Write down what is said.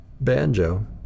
banjo